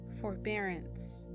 forbearance